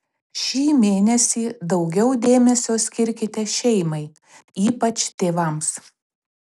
šį mėnesį daugiau dėmesio skirkite šeimai ypač tėvams